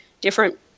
different